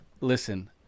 Listen